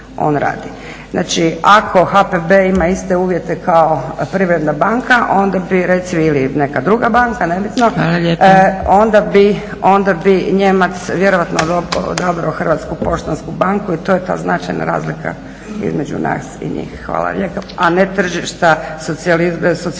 Znači, ako HPB ima iste uvjete kao Privredna banka ili neka druga banka nebitno onda bi Nijemac vjerojatno odabrao HPB i to je ta značajna razlika između nas i njih, a ne